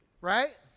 Right